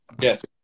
yes